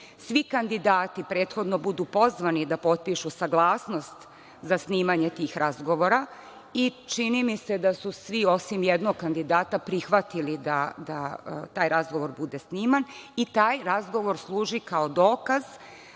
Svi kandidati, prethodno budu pozvani da potpišu saglasnost za snimanje tih razgovora i, čini mi se, da su svi osim jednog kandidata prihvatili da taj razgovor bude sniman i taj razgovor služi kao dokaz